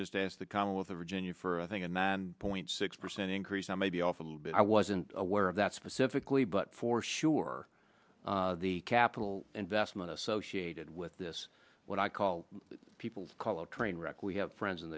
just as the commonwealth of virginia for one thing and that point six percent increase i may be off a little bit i wasn't aware of that specifically but for sure the capital investment associated with this what i call people call a train wreck we have friends in